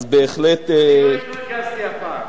אז בהחלט, אני לא התרגזתי הפעם.